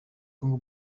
congo